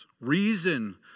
Reason